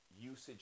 usage